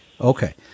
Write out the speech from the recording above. okay